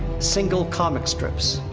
single comic strips.